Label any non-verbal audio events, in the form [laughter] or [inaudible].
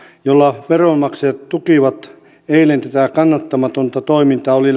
jolla veronmaksajat tukivat eilen tätä kannattamatonta toimintaa oli [unintelligible]